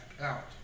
out